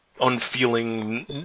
unfeeling